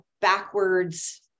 backwards